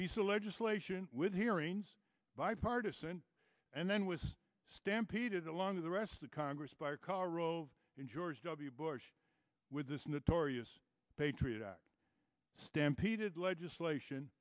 piece of legislation with hearings bipartisan and then was stampeded along with the rest of congress by karl rove and george w bush with this natori of patriot act stampeded legislation